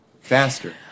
Faster